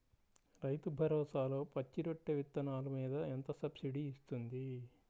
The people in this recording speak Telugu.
రైతు భరోసాలో పచ్చి రొట్టె విత్తనాలు మీద ఎంత సబ్సిడీ ఇస్తుంది?